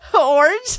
Orange